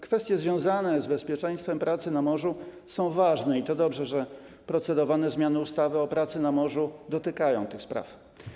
Kwestie związane z bezpieczeństwem pracy na morzu są ważne i to dobrze, że procedowane zmiany ustawy o pracy na morzu dotykają tych spraw.